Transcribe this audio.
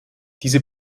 diese